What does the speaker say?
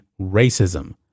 racism